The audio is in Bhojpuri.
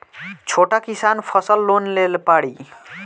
छोटा किसान फसल लोन ले पारी?